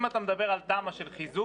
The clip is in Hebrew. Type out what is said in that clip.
אם אתה מדבר על תמ"א של חיזוק,